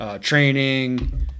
training